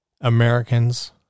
Americans